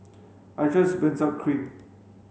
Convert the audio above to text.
I trust Benzac cream